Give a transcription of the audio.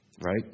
Right